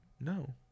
No